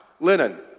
linen